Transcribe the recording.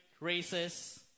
races